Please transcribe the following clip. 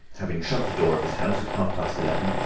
having shut the door of his house at half-past eleven,